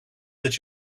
that